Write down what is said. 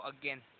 again